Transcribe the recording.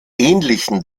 ähnlichen